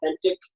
authentic